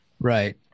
Right